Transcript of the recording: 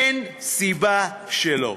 אין סיבה שלא.